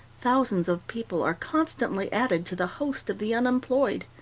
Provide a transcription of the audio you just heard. thousands of people are constantly added to the host of the unemployed.